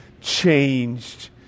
changed